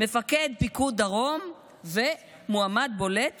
מפקד פיקוד דרום ומועמד בולט